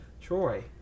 Troy